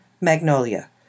Magnolia